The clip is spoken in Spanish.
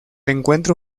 encuentro